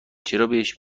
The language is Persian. چرابهش